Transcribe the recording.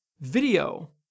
video